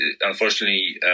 unfortunately